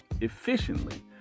efficiently